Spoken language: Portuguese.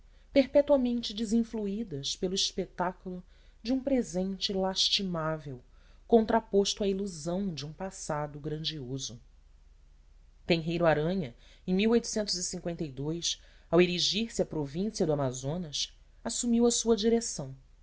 perpetuamente desenfluídas pelo espetáculo de um presente lastimável contraposto à ilusão de um passado grandioso tenreiro aranha em ao erigir se a província do amazonas assumiu a sua direção